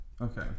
Okay